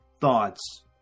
thoughts